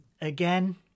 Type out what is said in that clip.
again